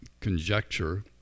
conjecture